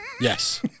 Yes